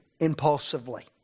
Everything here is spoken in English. impulsively